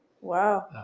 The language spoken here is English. Wow